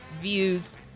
views